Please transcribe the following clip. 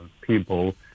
people